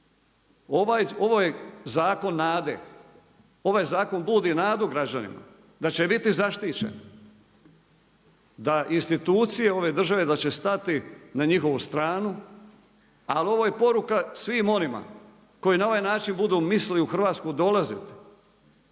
Ovaj zakon nade, ovaj zakon budi nadu građanima, da će biti zaštićeni da institucije ove države da će stati na njihovu stranu ali ovo je poruka svim onima koji na ovaj način budu mislili u Hrvatsku dolaziti,